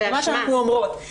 במה שאנחנו אומרות.